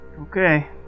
Okay